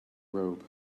robe